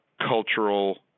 cultural